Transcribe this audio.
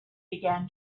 began